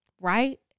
right